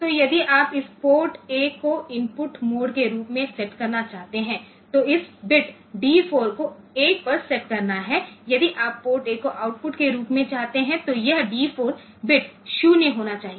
तो यदि आप इस पोर्ट Aको इनपुट मोड के रूप में सेट करना चाहते हैं तो इस बिट D 4 को 1 पर सेट करना है यदि आप पोर्ट A को आउटपुट के रूप में चाहते हैं तो यह D 4 बिट 0 होना चाहिए